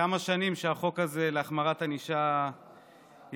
כמה שנים שהחוק הזה להחמרת הענישה יעבור.